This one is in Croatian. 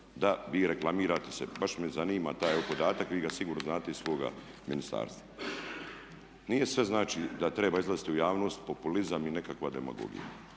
da vi reklamirate se. Baš me zanima taj evo podatak, vi ga sigurno znate iz svoga ministarstva. Nije sve znači da treba izlaziti u javnost, populizam i nekakva demagogija.